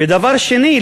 ודבר שני,